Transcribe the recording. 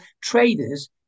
traders